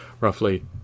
roughly